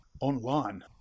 Online